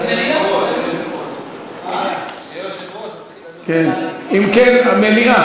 היושב-ראש, אם כן, המליאה.